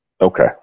Okay